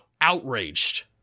outraged